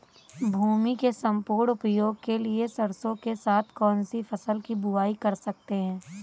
भूमि के सम्पूर्ण उपयोग के लिए सरसो के साथ कौन सी फसल की बुआई कर सकते हैं?